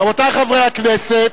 רבותי חברי הכנסת,